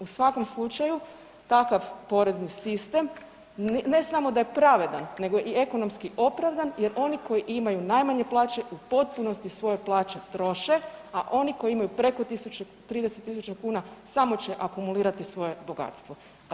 U svakom slučaju takav porezni sistem ne samo da je pravedan nego i ekonomski opravdan jer oni koji imaju najmanje plaće u potpunosti svoje plaće troše, a oni koji imaju preko 30.000 kuna samo će akumulirati svoje bogatstvo.